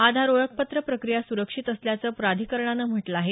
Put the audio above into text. आधार ओळखपत्र प्रक्रीया सुरक्षित असल्याचं प्राधिकरणानं म्हटलं आहे